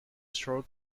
short